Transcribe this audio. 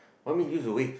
what me used to waste